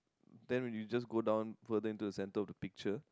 then we just go down further into the center of the picture